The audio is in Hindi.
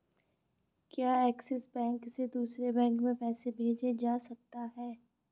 क्या ऐक्सिस बैंक से दूसरे बैंक में पैसे भेजे जा सकता हैं?